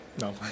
No